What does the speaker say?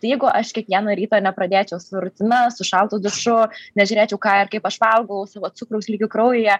tai jeigu aš kiekvieno ryto nepradėčiau su rutina su šaltu dušu nežiūrėčiau ką ir kaip aš valgau savo cukraus lygio kraujyje